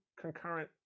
concurrent